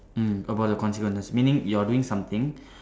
mm about the consequences meaning you're doing something